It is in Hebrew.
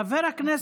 חבר הכנסת,